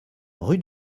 rue